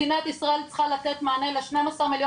מדינת ישראל צריכה לתת מענה ל-12 מיליון